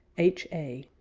h a.